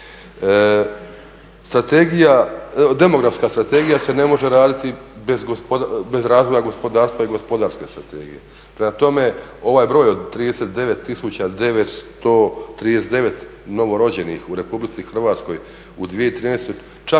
demografska strategija se ne može raditi bez razvoja gospodarstva i gospodarske strategije. Prema tome, ovaj broj od 39939 novorođenih u Republici Hrvatskoj u 2013. čak